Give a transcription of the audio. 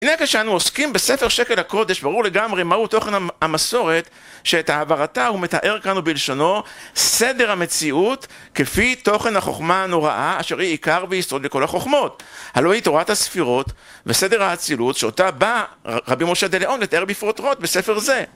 הנה כשאנו עוסקים בספר שקל הקודש ברור לגמרי מהו תוכן המסורת שאת העברתה הוא מתאר כאן ובלשונו, סדר המציאות כפי תוכן החוכמה הנוראה אשר היא עיקר ויסוד לכל החוכמות, הלוא היא תורת הספירות וסדר האצילות שאותה בא רבי משה דה-לאון לתאר בפרוטרוט בספר זה